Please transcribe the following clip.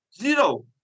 Zero